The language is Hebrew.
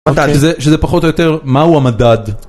שזה פחות או יותר מהו המדד.